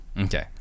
Okay